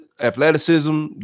athleticism